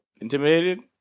intimidated